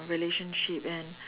relationship and